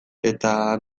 eta